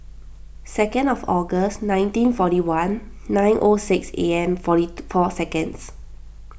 second of August nineteen forty one nine O six am forty four seconds